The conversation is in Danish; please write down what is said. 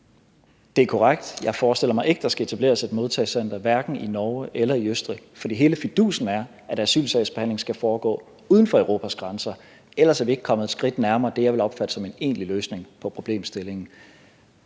Det er korrekt: Jeg forestiller mig ikke, at der skal etableres et modtagecenter i Norge eller i Østrig. For hele fidusen er, at asylsagsbehandling skal foregå uden for Europas grænser – ellers er vi ikke kommet et skridt nærmere det, jeg vil opfatte som en egentlig løsning på problemstillingen.